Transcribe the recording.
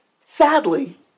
Sadly